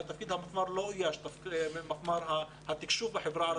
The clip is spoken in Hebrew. תפקיד מפמ"ר התקשוב בחברה הערבית לא אויש.